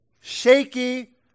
shaky